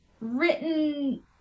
written